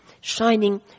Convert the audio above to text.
shining